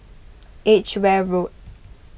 Edgeware Road